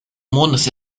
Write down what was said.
mondes